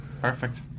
Perfect